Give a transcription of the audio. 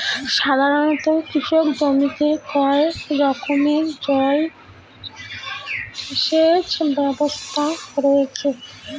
সাধারণত কৃষি জমিতে কয় রকমের জল সেচ ব্যবস্থা রয়েছে?